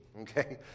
okay